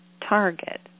target